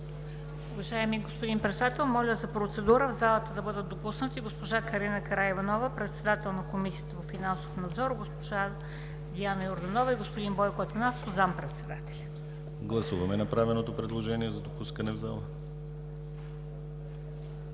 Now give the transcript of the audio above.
Гласуваме направеното предложение за допускане в зала.